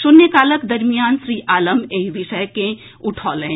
शून्यकालक दरमियान श्री आलम एहि विषय के उठौलनि